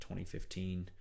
2015